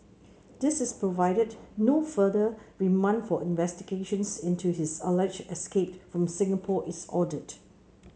this is provided no further remand for investigations into his alleged escape from Singapore is ordered